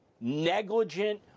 negligent